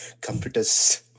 Computers